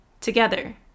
together